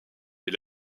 est